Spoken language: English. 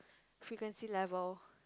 frequency level